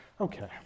okay